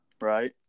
Right